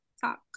talk